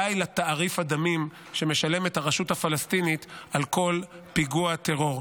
די לתעריף הדמים שמשלמת הרשות הפלסטינית על כל פיגוע טרור.